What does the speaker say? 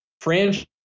franchise